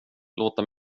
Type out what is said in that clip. låta